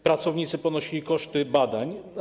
Pracownicy ponosili koszty badań.